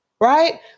right